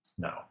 No